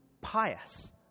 pious